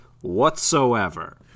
whatsoever